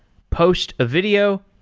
post a video,